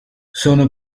sono